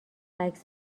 عکس